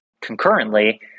concurrently